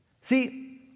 See